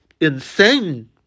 insane